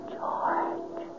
George